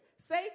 Say